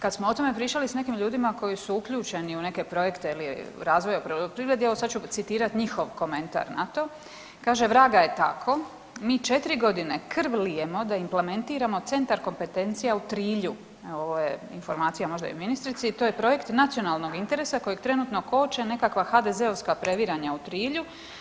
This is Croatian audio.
Kad smo o tome pričali s nekim ljudima koji su uključeni u neke projekte je li razvoja u poljoprivredi evo sad ću citirat njihov komentar na to, kaže „Vraga je tako mi četiri godine krv lijemo da implementiramo Centar kompetencije u Trilju“, evo ovo je informacija možda i ministrici, „to je projekt nacionalnog interesa kojeg trenutno koče nekakva HDZ-ovska previranja u Trilju.